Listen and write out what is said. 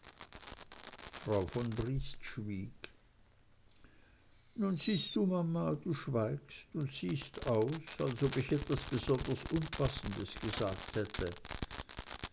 frau von briest schwieg nun siehst du mama du schweigst und siehst aus als ob ich etwas besonders unpassendes gesagt hätte